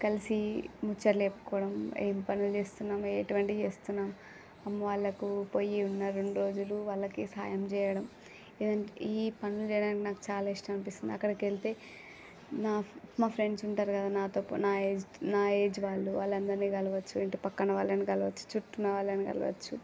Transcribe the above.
కలిసి ముచ్చట్లు చెప్పుకోవడం ఏం పనులు చేస్తున్నాం ఎటువంటివి చేస్తున్నాం అమ్మ వాళ్ళకు పోయి ఉన్న రెండు రోజులు వాళ్ళకి సహాయం చేయడం ఈ పనులు చేయడానికి నాకు చాల ఇష్టం అనిపిస్తుంది అక్కడికి వెళ్తే నా మా ఫ్రెండ్స్ ఉంటారు కదా నాతో పాటు నా ఏజ్ నా ఏజ్ వాళ్ళు వాళ్ళందరిని కలవచ్చు ఇంటి పక్కన వాళ్ళని కలవచ్చు చుట్టూ ఉన్న వాళ్ళని కలవచ్చు